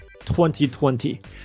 2020